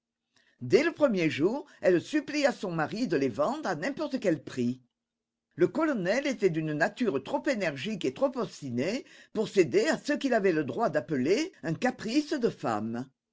dès le premier jour elle supplia son mari de les vendre à n'importe quel prix le colonel était d'une nature trop énergique et trop obstinée pour céder à ce qu'il avait le droit d'appeler un caprice de femme